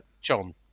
John